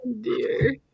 Dear